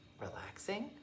relaxing